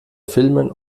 filmen